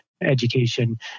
education